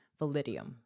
Validium